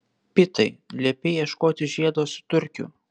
pitai liepei ieškoti žiedo su turkiu